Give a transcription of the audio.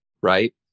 Right